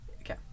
Okay